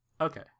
Okay